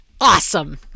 awesome